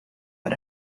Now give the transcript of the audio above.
but